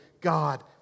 God